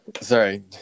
sorry